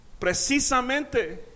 precisamente